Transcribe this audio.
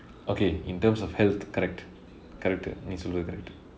okay in terms of health correct correct correct நீ சொல்றது:nee solrathu correct